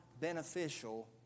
beneficial